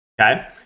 Okay